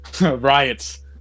riots